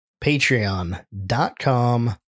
patreon.com